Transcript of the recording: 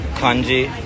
kanji